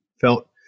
felt